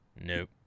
Nope